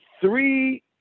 three